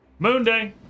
Moonday